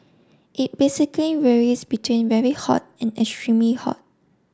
it basically varies between very hot and extremely hot